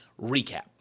recap